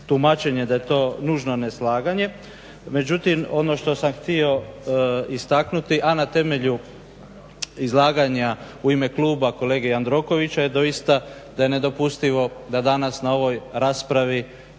tumačenja da je to nužno neslaganje. Međutim ono što sam htio istaknuti a na temelju izlaganja u ime kluba kolege Jandrokovića jer doista da je nedopustivo da danas na ovoj raspravi